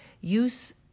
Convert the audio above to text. Use